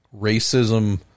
Racism